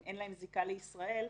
שאין להם זיקה לישראל,